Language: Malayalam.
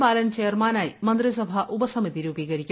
ബാലൻ ചെയർമാനായി മന്ത്രിസഭാ ഉപസമിതി രൂപീകരിക്കും